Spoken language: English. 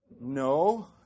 No